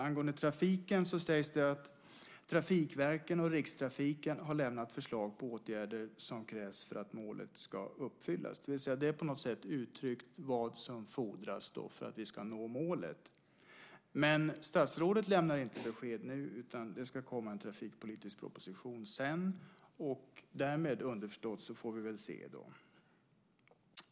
Angående trafiken sägs det att trafikverken och Rikstrafiken har lämnat förslag på åtgärder som krävs för att målet ska uppfyllas. Det uttrycks på något sätt vad som fordras för att vi ska nå målet. Men statsrådet lämnar inte besked nu, utan det ska komma en trafikpolitisk proposition sedan. Därmed får vi väl, underförstått, se då.